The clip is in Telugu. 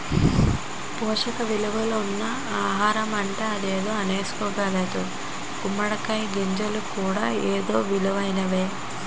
పోసక ఇలువలున్న ఆహారమంటే ఎదేదో అనీసుకోక్కర్లేదు గుమ్మడి కాయ గింజలు కూడా ఎంతో ఇలువైనయే